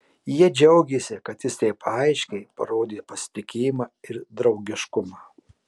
jie džiaugėsi kad jis taip aiškiai parodė pasitikėjimą ir draugiškumą